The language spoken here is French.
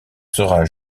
sera